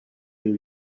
new